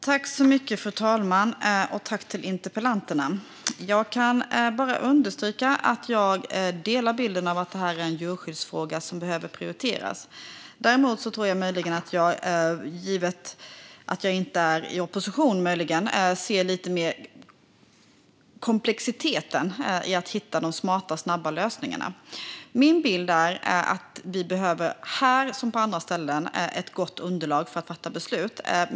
Fru talman! Jag tackar interpellanterna. Jag kan bara understryka att jag delar synen att detta är en djurskyddsfråga som behöver prioriteras. Däremot tror jag att jag, möjligen på grund av att jag inte är i opposition, lite mer ser komplexiteten när det gäller att hitta de smarta, snabba lösningarna. Min bild är att vi här, som på andra ställen, behöver ett gott underlag för att fatta beslut.